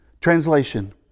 Translation